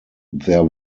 there